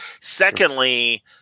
Secondly